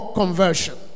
conversion